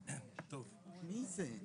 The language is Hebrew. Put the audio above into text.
בבקשה.